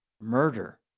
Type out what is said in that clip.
murder